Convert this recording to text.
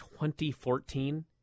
2014